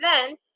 event